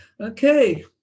Okay